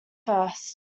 first